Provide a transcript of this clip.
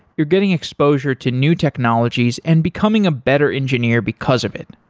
you're getting exposure to new technologies and becoming a better engineer because of it.